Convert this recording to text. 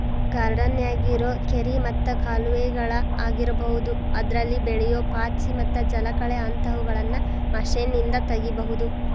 ಗಾರ್ಡನ್ಯಾಗಿರೋ ಕೆರಿ ಮತ್ತ ಕಾಲುವೆಗಳ ಆಗಿರಬಹುದು ಅದ್ರಲ್ಲಿ ಬೆಳಿಯೋ ಪಾಚಿ ಮತ್ತ ಜಲಕಳೆ ಅಂತವುಗಳನ್ನ ಮಷೇನ್ನಿಂದ ತಗಿಬಹುದು